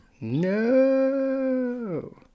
No